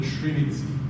Trinity